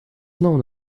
known